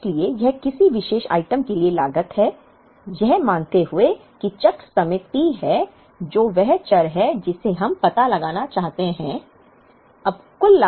इसलिए यह किसी विशेष आइटम के लिए लागत है यह मानते हुए कि चक्र समय T है जो वह चर है जिसे हम पता लगाना चाहते हैं